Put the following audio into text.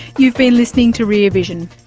you've been listening to rear vision.